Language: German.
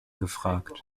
gefragt